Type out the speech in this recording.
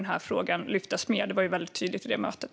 Den här frågan behöver lyftas mer. Det var också väldigt tydligt vid mötet.